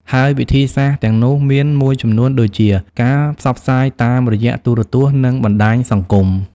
ហើយវិធីសាស្ត្រទាំងនោះមានមួយចំនួនដូចជា ការផ្សព្វផ្សាយតាមរយៈទូរទស្សន៍និងបណ្ដាញសង្គម។